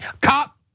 Cop